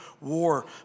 war